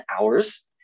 hours